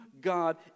God